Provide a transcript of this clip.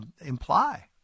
imply